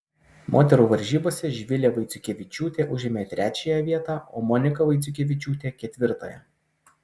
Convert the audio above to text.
moterų varžybose živilė vaiciukevičiūtė užėmė trečiąją vietą o monika vaiciukevičiūtė ketvirtąją